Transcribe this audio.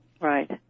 Right